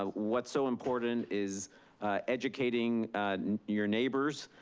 ah what's so important is educating your neighbors,